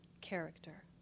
character